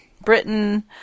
Britain